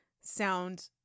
sound